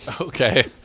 Okay